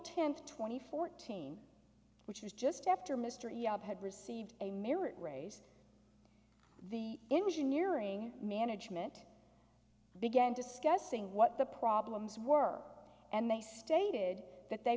tenth twenty fourteen which is just after mr had received a merit raise the engineering management began discussing what the problems were and they stated that they